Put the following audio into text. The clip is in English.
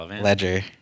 Ledger